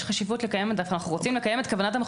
דווקא אנחנו רוצים לקיים את כוונת המחוקק.